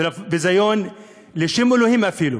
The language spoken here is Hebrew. ביזיון אפילו לשם אלוהים.